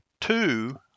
Two